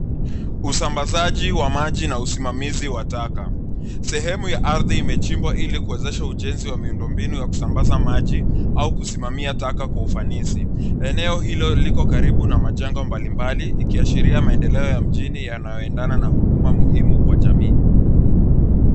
Usambazaji wa maji na usimamizi wa taka. Sehemu ya ardhi imechimbwa, ili kuwezesha ujenzi wa miundo mbinu ya kusambaza maji au kusimamia taka kwa ufanisi. Eneo hilo liko karibu na majengo mbalimbali, ikiashiria maendeleo ya mjini yanayoendana na huduma muhimu kwa jamii.